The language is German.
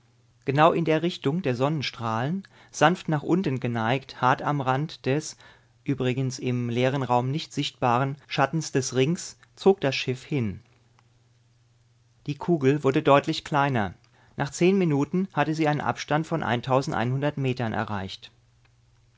genau in der richtung der sonnenstrahlen sanft nach unten geneigt hart am rand des übrigens im leeren raum nicht sichtbaren schattens des ringes zog das schiff hin die kugel wurde sichtlich kleiner nach zehn minuten hatte sie einen abstand von metern erreicht